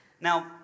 Now